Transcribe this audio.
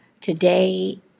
Today